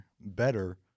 better